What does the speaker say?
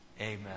Amen